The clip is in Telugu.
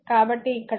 కాబట్టి ఇక్కడ 0